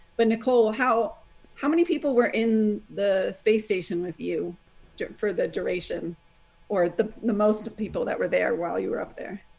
but nicole, how how many people were in the space station with you for the duration or the the most people that were there while you were up there?